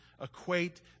equate